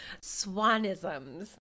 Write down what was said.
Swanisms